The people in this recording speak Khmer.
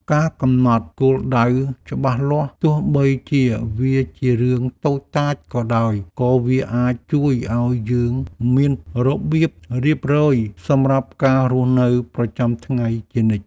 ការកំណត់គោលដៅច្បាស់លាស់ទោះបីជាវាជារឿងតូចតាចក៏ដោយក៏វាអាចជួយឱ្យយើងមានរបៀបរៀបរយសម្រាប់ការរស់នៅប្រចាំថ្ងៃជានិច្ច។